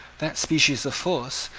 that species of force,